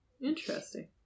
Interesting